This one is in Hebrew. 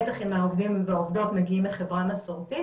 בטח אם העובדים והעובדות מגיעים מחברה מסורתית.